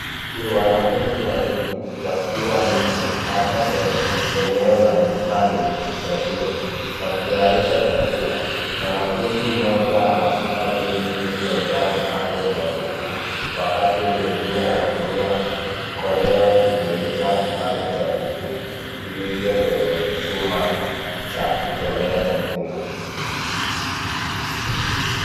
Ni wanafunzi wawili wakiwa nje, labda kwenye eneo la bustani ya shule wakitayarisha chakula. Mwanafunzi mmoja anashika begi lililojaa vipande vya kuku wakati mwingine anatumia koleo kugeuza kipande cha kuku vilivyo kwenye chuma cha kuchomea chakula.